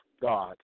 God